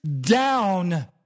down